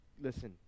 Listen